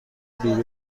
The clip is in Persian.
دیده